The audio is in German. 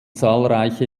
zahlreiche